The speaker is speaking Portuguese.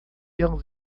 ele